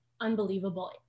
unbelievable